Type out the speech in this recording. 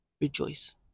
rejoice